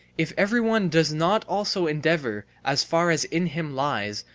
if every one does not also endeavour, as far as in him lies,